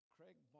Craig